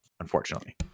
Unfortunately